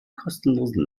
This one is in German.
kostenlosen